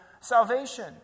salvation